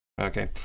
Okay